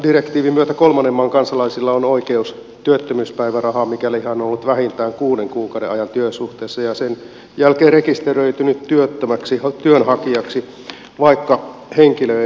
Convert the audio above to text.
yhdistelmälupadirektiivin myötä kolmannen maan kansalaisilla on oikeus työttömyyspäivärahaan mikäli hän on ollut vähintään kuuden kuukauden ajan työsuhteessa ja sen jälkeen rekisteröitynyt työttömäksi työnhakijaksi vaikka henkilö ei asuisi suomessa